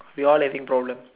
we all having problem